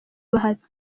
bahati